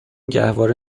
گهواره